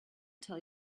tell